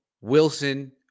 Wilson